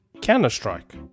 Counter-Strike